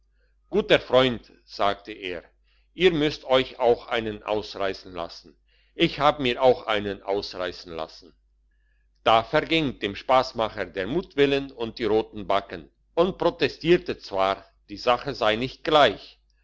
guter freund sagte er ihr müsst euch auch einen ausreissen lassen ich hab mir auch einen ausreissen lassen da verging dem spassmacher der mutwillen und die roten backen und protestierte zwar die sache sei nicht gleich